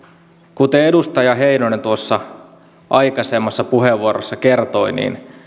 mitä edustaja heinonen aikaisemmassa puheenvuorossa kertoi